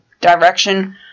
direction